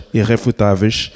irrefutáveis